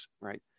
right